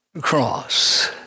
cross